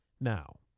Now